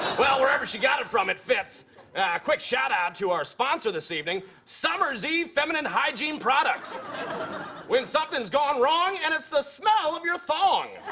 well, wherever she got it from, it fits. a yeah quick shout-out to our sponsor this evening, summer's eve feminine-hygiene products when something's gone wrong, and it's the smell of your thong.